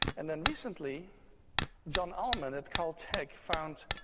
and then recently john allman at caltech found.